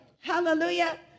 hallelujah